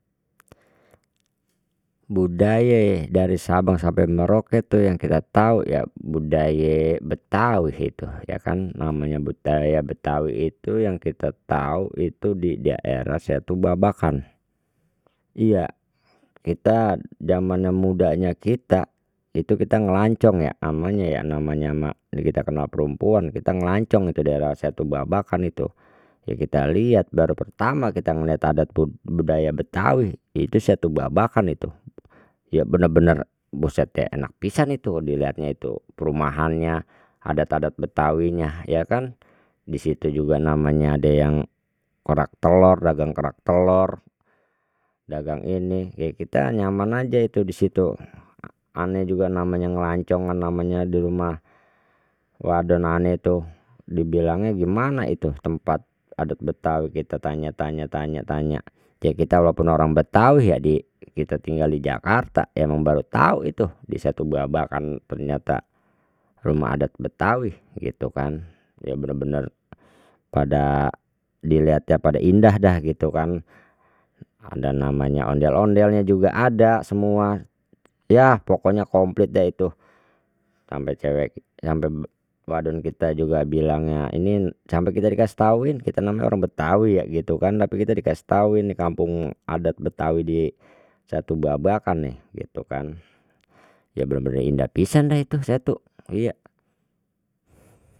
Budaye dari sabang sampai merauke tuh yang tidak tahu ya budaye betawi tuh ya kan namanya budaya betawi itu yang kita tahu itu di daerah setu babakan iya kita zamannya mudanya kita itu kita ngelancong ya namanya ya namanya mah kita kenal perempuan kita ngelancong daerah setu babakan itu ya kita lihat baru pertama kita ngeliat ada tu budaya betawi itu setu babakan itu ya benar-benar buset deh enak pisan itu dilihatnya itu perumahannya adat adat betawinya ya kan disitu juga namanya ada yang kerak telur dagang kerak telor dagang ini ya kita nyaman aja itu di situ aneh juga namanya ngelancong namanya di rumah wadonan itu dibilangnya gimana itu tempat adat betawi kita tanya tanya tanya ya kita walaupun orang betawi ya di kita tinggal di jakarta ya baru tau itu di setu babakan ternyata rumah adat betawi itu kan dia bener-bener pada dilihatnya pada indah dah gitu kan ada namanya ondel-ondel juga ada semua ya pokoknya komplit dah itu sampai cewek sampai wadon kita juga bilangnya ini sampai kita dikasih tahuin kita namanya orang betawi ya gitu kan tapi dikasih tahuin kampung adat betawi di setu babakan nih gitu kan ya bener-bener indah pisan dah itu setu iya.